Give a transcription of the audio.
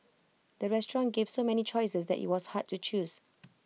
the restaurant gave so many choices that IT was hard to choose